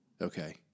okay